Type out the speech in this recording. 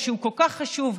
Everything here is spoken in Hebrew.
שהוא כל כך חשוב,